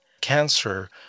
cancer